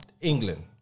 England